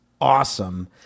awesome